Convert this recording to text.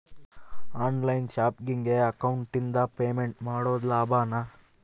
On line ಶಾಪಿಂಗಿಗೆ ಅಕೌಂಟಿಂದ payment ಮಾಡೋದು ಲಾಭಾನ?